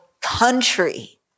country